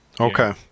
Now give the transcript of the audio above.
Okay